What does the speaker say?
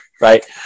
right